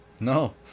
No